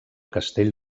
castell